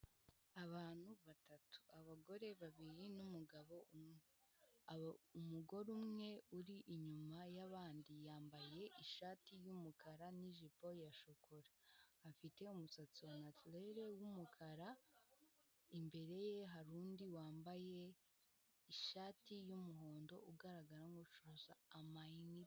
Abantu batatu, abagore babiri n'umugabo umwe, umugore umwe uri inyuma y'abandi yambaye ishati y'umukara n'ijipo ya shokora, afite umusatsi wa naturere w'umukara, imbere ye hari undi wambaye ishati y'umuhondo ugaragara nk'ucuruza amayinite.